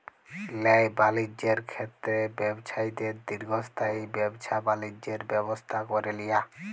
ল্যায় বালিজ্যের ক্ষেত্রে ব্যবছায়ীদের দীর্ঘস্থায়ী ব্যাবছা বালিজ্যের ব্যবস্থা ক্যরে লিয়া